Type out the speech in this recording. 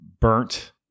burnt